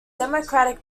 democratic